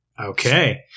Okay